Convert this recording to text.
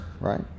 right